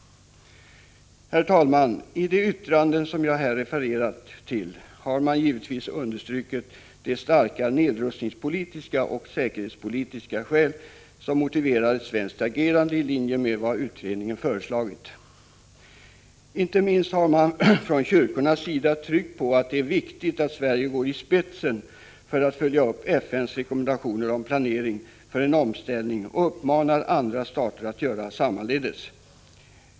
Herr talman! I de yttranden som jag här har hänvisat till har man givetvis understrukit de starka nedrustningspolitiska och säkerhetspolitiska skäl som motiverar ett svenskt agerande i linje med vad utredningen föreslagit. Inte minst har man från kyrkornas sida tryckt på att det är viktigt att Sverige går i spetsen för att följa upp FN:s rekommendationer om planering för en omställning och uppmanar andra stater att göra sammaledes.